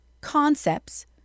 concepts